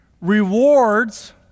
rewards